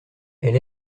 elle